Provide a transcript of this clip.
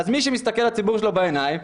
אז מי שמתסכל לציבור שלו בעיניים,